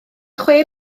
chwe